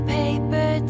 paper